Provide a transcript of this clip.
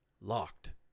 Locked